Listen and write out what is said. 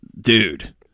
dude